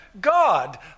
God